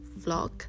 vlog